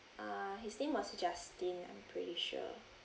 uh his name was justin I'm pretty sure